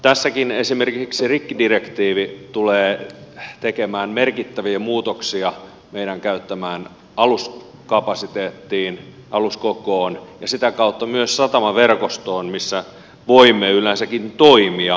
tässäkin esimerkiksi rikkidirektiivi tulee tekemään merkittäviä muutoksia meidän käyttämäämme aluskapasiteettiin aluskokoon ja sitä kautta myös satamaverkostoon missä voimme yleensäkin toimia